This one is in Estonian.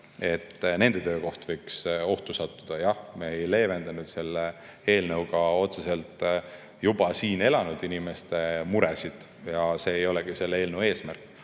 et nende töökoht võiks ohtu sattuda. Jah, me ei leevenda selle eelnõuga otseselt juba siin elavate inimeste muresid ja see ei olegi selle eelnõu eesmärk,